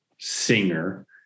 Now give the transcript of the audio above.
singer